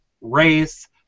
race